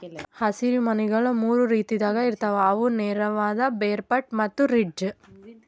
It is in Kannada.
ಹಸಿರು ಮನಿಗೊಳ್ ಮೂರು ರೀತಿದಾಗ್ ಇರ್ತಾವ್ ಅವು ನೇರವಾದ, ಬೇರ್ಪಟ್ಟ ಮತ್ತ ರಿಡ್ಜ್